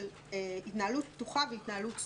של התנהלות פתוחה והתנהלות סגורה,